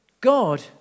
God